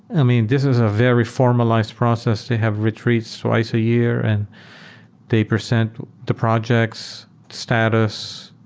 i mean, this is a very formalized process. they have retreats twice a year and they present the projects, status,